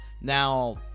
now